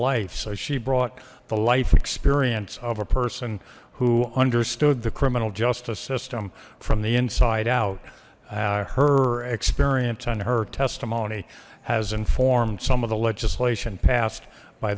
life so she brought the life experience of a person who understood the criminal justice system from the inside out her experience and her testimony has informed some of the legislation passed by